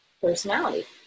personality